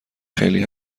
خیلی